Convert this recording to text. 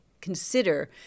consider